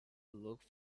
looked